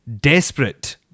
desperate